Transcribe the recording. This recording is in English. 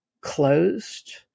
closed